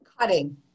Cutting